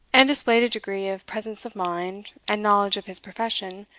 and displayed a degree of presence of mind, and knowledge of his profession,